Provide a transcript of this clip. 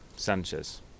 Sanchez